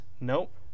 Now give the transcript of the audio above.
Nope